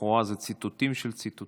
לכאורה זה ציטוטים של ציטוטים,